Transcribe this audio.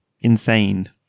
insane